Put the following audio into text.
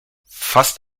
fast